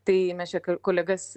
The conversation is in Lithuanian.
tai mes čia ko kolegas